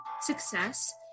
success